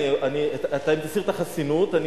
אתה תסיר את החסינות,